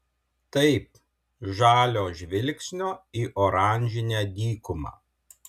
taip žalio žvilgsnio į oranžinę dykumą